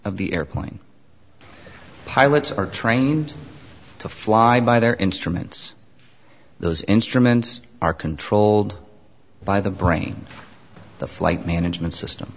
of the airplane pilots are trained to fly by their instruments those instruments are controlled by the brain the flight management system